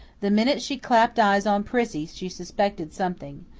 the minute she clapped eyes on prissy she suspected something.